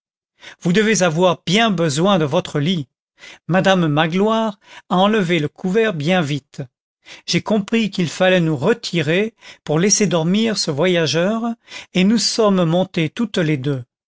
vous devez avoir bien besoin de votre lit madame magloire a enlevé le couvert bien vite j'ai compris qu'il fallait nous retirer pour laisser dormir ce voyageur et nous sommes montées toutes les deux